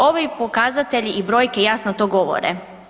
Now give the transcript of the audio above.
Ovi pokazatelji i brojke jasno to govore.